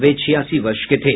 वे छियासी वर्ष के थे